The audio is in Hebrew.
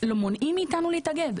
מונעים מאיתנו להתאגד.